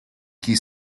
key